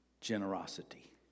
generosity